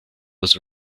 was